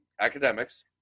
academics